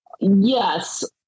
Yes